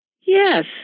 yes